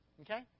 okay